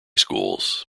schools